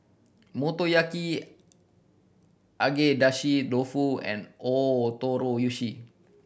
Motoyaki Agedashi Dofu and Ootoro Yushi